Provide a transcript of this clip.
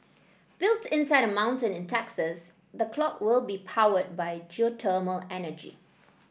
built inside a mountain in Texas the clock will be powered by geothermal energy